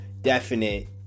definite